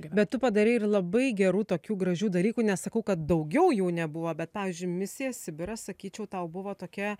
bet tu padarei ir labai gerų tokių gražių dalykų nesakau kad daugiau jų nebuvo bet pavyzdžiui misija sibiras sakyčiau tau buvo tokia